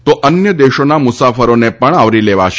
તો અન્ય દેશોના મુસાફરોને પણ આવરી લેવાશે